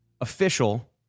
official